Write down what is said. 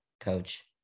coach